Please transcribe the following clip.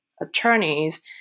attorneys